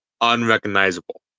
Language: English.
unrecognizable